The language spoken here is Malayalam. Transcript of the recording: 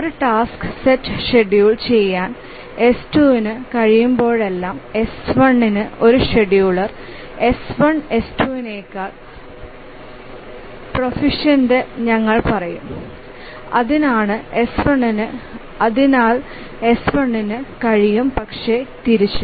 ഒരു ടാസ്ക് സെറ്റ് ഷെഡ്യൂൾ ചെയ്യാൻ S2 ന് കഴിയുമ്പോഴെല്ലാം S1 ന്ഒരു ഷെഡ്യൂളർ S1 S2 നെക്കാൾ പ്രാഫിഷൻറ്റ്ന്ന് ഞങ്ങൾ പറയുന്നു അതിനാൽ S1 ന് കഴിയും പക്ഷേ തിരിച്ചും